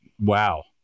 Wow